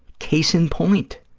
case in point.